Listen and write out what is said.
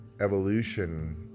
evolution